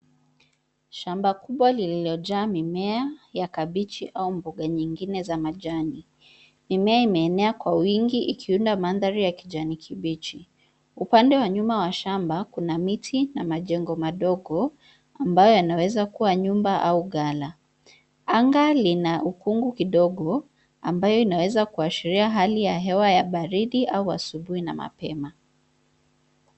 Shamba kubwa lililojaa mimea, ya kabichi au mboga nyingine za majani. Mimea imeenea kwa wingi, ikiunda mandhari ya kijani kibichi. Upande wa nyuma wa shamba, kuna miti na majengo madogo, ambayo yanaweza kuwa nyumba au ghala. Anga lina ukungu kidogo, ambayo inaweza kuashiria hali ya hewa ya baridi, au asubuhi na mapema.